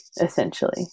essentially